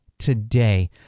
today